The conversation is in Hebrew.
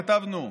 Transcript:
כתבנו,